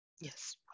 Yes